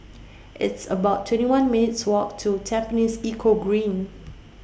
It's about twenty one minutes' Walk to Tampines Eco Green